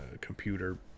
computer